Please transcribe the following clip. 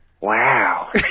wow